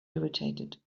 irritated